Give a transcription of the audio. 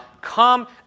Come